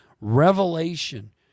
revelation